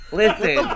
listen